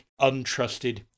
untrusted